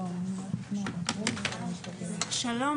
שלום.